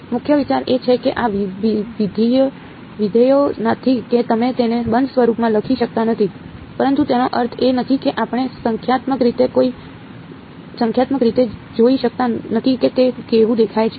મુખ્ય વિચાર એ છે કે આ વિધેયો નથી કે તમે તેને બંધ સ્વરૂપમાં લખી શકતા નથી પરંતુ તેનો અર્થ એ નથી કે આપણે સંખ્યાત્મક રીતે જોઈ શકતા નથી કે તે કેવું દેખાય છે